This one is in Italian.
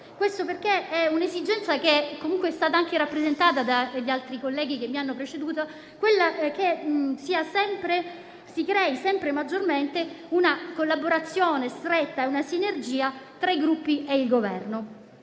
C'è infatti l'esigenza, che comunque è stata anche rappresentata dagli altri colleghi che mi hanno preceduto, che si creino sempre di più una collaborazione stretta e una sinergia tra i Gruppi e il Governo.